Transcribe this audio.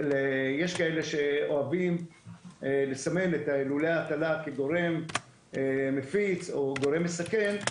יש כאלה שאוהבים לסמן את לולי ההטלה כגורם מפיץ או גורם מסכן,